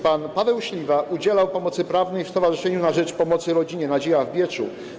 Pan Paweł Śliwa udzielał pomocy prawnej w Stowarzyszeniu na Rzecz Pomocy Rodzinie „Nadzieja” w Bieczu.